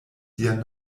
sian